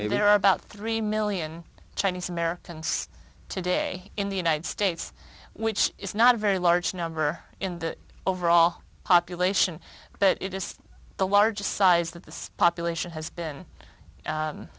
me there are about three million chinese americans today in the united states which is not a very large number in the overall population but it is the largest size that the population has been